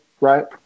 right